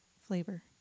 flavor